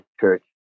church